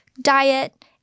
diet